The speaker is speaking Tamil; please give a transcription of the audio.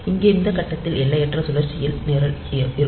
இங்கே இந்த கட்டத்தில் எல்லையற்ற சுழற்சியில் நிரல் இருக்கும்